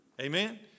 Amen